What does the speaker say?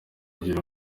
kugira